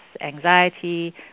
anxiety